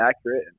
accurate